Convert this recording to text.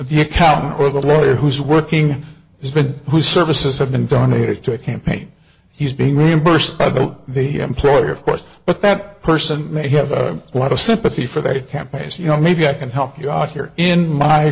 the accountant or the lawyer who's working has been who services have been donated to a campaign he's being reimbursed by the employer of course but that person may have a lot of sympathy for that campaign as you know maybe i can help you out here in my